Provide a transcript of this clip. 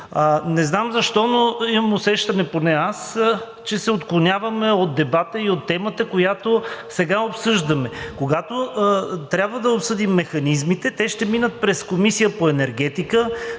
Не знам защо, но имам усещане, поне аз, че се отклоняваме от дебата и от темата, която сега обсъждаме. Когато трябва да обсъдим механизмите, те ще минат през Комисията по енергетика,